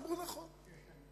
אמרו: נכון,